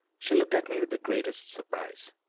she looked at me with the greatest surprise.